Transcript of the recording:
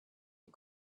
the